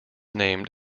named